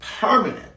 Permanent